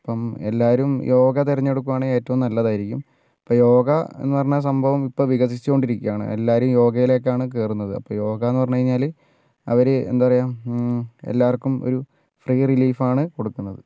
ഇപ്പം എല്ലാവരും യോഗ തിരഞ്ഞെടുക്കുകയാണെങ്കിൽ ഏറ്റവും നല്ലതായിരിക്കും ഇപ്പം യോഗ എന്നു പറഞ്ഞ സംഭവം ഇപ്പം വികസിച്ചു കൊണ്ടിരിക്കുകയാണ് എല്ലാവരും യോഗയിലേക്കാണ് കയറുന്നത് അപ്പോൾ യോഗയെന്നു പറഞ്ഞ് കഴിഞ്ഞാൽ അവർ എന്താ പറയുക എല്ലാവർക്കും ഒരു ഫ്രീ റീലീഫാണ് കൊടുക്കുന്നത്